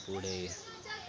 पुढे